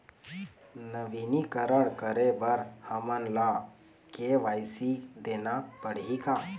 नवीनीकरण करे बर हमन ला के.वाई.सी देना पड़ही का?